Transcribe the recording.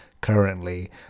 currently